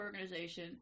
Organization